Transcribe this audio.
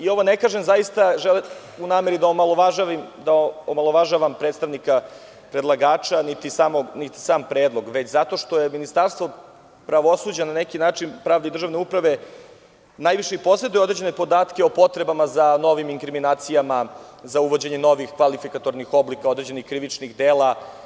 Ovo ne govorim u nameri da omalovažavam predstavnika predlagača, niti sam predlog, već zato što Ministarstvo pravde i državne uprave najviše poseduje određene podatke o potrebama za novim inkriminacijama, za uvođenje novih kvalifikatornih oblika određenih krivičnih dela.